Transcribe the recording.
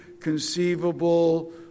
conceivable